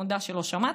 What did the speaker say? מודה שלא שמעתי,